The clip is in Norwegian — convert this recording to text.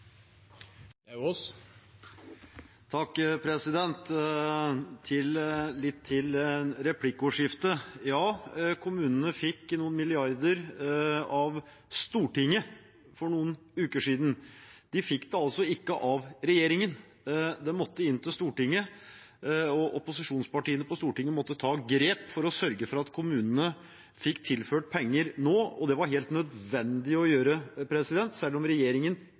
Litt til replikkordskiftet: Ja, kommunene fikk noen milliarder av Stortinget for noen uker siden. De fikk det altså ikke av regjeringen. Det måtte inn til Stortinget, og opposisjonspartiene på Stortinget måtte ta grep for å sørge for at kommunene fikk tilført penger nå. Det var det helt nødvendig å gjøre. Selv om regjeringen